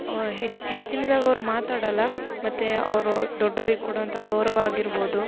ಹೆಚ್ಚಿನದಾಗಿ ಅವ್ರು ಮಾತಾಡೋಲ್ಲ ಮತ್ತು ಅವರು ದೊಡ್ಡವ್ರಿಗೆ ಕೊಡುವಂಥ ಗೌರವ ಆಗಿರ್ಬೋದು